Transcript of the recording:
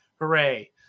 Hooray